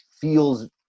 feels